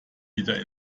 wieder